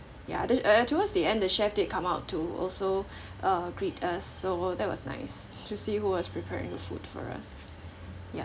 ya uh th~ towards the end the chef did come out to also uh greet us so that was nice to see who was preparing food for us ya